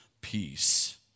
peace